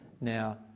now